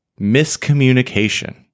miscommunication